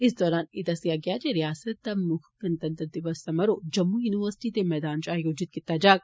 इस दौरान एह दस्सेआ गेआ जे रियासत दा मुक्ख गणतंत्र दिवस समारोह जम्मू युनिवर्सिटी दे मैदान च आयोजित कीता जाग